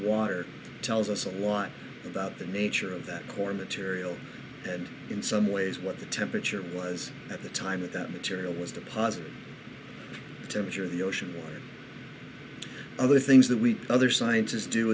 water tells us a lot about the nature of that core material and in some ways what the temperature was at the time of that material was the positive temperature of the ocean or other things that we other scientists do